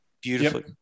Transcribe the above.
beautifully